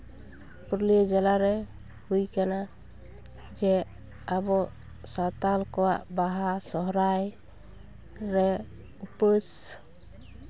ᱯᱩᱨᱩᱞᱤᱭᱟᱹ ᱡᱮᱞᱟᱨᱮ ᱦᱩᱭ ᱠᱟᱱᱟ ᱡᱮ ᱟᱵᱚ ᱥᱟᱱᱛᱟᱞ ᱠᱚᱣᱟᱜ ᱵᱟᱦᱟ ᱥᱚᱦᱚᱨᱟᱭ ᱨᱮ ᱩᱯᱟᱹᱥ